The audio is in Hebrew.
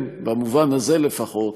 הם, במובן הזה לפחות,